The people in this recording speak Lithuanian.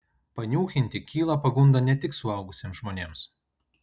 paniūchinti kyla pagunda ne tik suaugusiems žmonėms